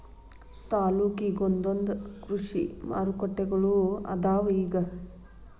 ತಾಲ್ಲೂಕಿಗೊಂದೊಂದ ಕೃಷಿ ಮಾರುಕಟ್ಟೆಗಳು ಅದಾವ ಇಗ